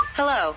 Hello